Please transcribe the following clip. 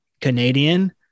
Canadian